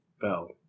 Bell